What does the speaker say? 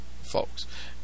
folks